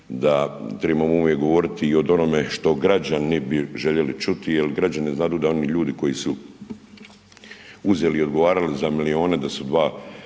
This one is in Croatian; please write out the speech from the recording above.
da trebamo uvijek govoriti i o onome što građani bi željeli čuti jer građani znadu da oni ljudi koji su uzeli i odgovarali za milijune, da su dva